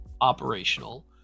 operational